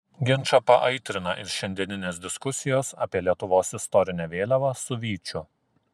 ginčą paaitrina ir šiandieninės diskusijos apie lietuvos istorinę vėliavą su vyčiu